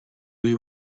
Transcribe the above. you